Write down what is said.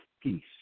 peace